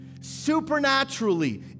supernaturally